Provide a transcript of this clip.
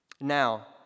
Now